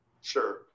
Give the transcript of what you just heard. sure